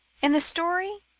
in the story